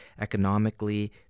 economically